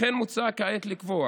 לכן מוצע כעת לקבוע